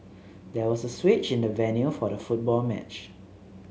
there was a switch in the venue for the football match